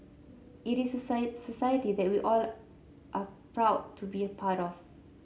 it is society that we all are proud to be a part of